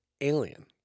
alien